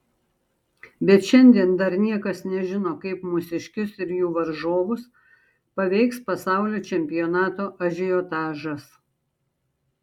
bet šiandien dar niekas nežino kaip mūsiškius ir jų varžovus paveiks pasaulio čempionato ažiotažas